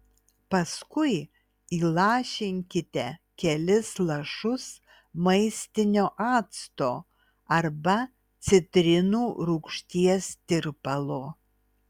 paskui įlašinkite kelis lašus maistinio acto arba citrinų rūgšties tirpalo